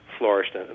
flourished